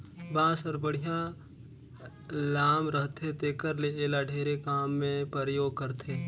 बांस हर बड़िहा लाम रहथे तेखर ले एला ढेरे काम मे परयोग करथे